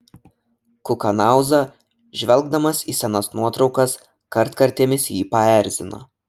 kukanauza žvelgdamas į senas nuotraukas kartkartėmis jį paerzina